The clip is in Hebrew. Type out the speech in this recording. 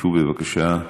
תשבו בבקשה.